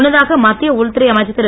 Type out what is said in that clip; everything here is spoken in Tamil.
முன்னதாக மத்திய உள்துறை அமைச்சர் திரு